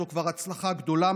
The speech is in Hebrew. וזו כבר הצלחה גדולה.